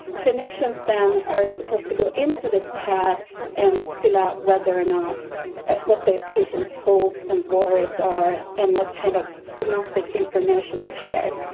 conditions then are supposed to go into this tab and fill out whether or not what the patient's hopes and lawrence are and what kind of prognostic information was shared.